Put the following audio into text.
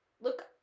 Look